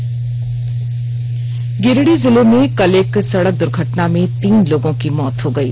हादसा गिरिडीह जिले में कल एक सड़क द्र्घटना में तीन लोगों की मौत हो गई है